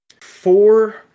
four